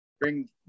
bring